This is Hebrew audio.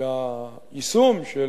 שהיישום של